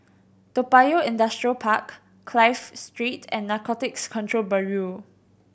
Toa Payoh Industrial Park Clive Street and Narcotics Control Bureau